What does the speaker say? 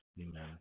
amen